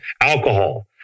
alcohol